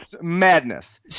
madness